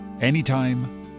Anytime